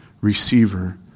receiver